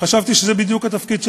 חשבתי שזה בדיוק התפקיד שלנו,